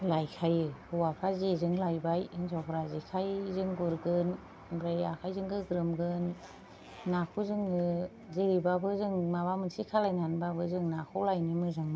लायखायो हौवाफ्रा जेजों लायबाय हिन्जावफ्रा जेखायजों गुरगोन ओमफ्राय आखायजों गोग्रोमगोन नाखौ जोङो जेरैबाबो जों माबा मोनसे खालायनानैबाबो जों नाखौ लायनो मोजां मोनो आरो